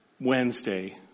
Wednesday